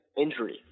injury